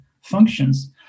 functions